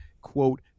quote